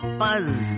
buzz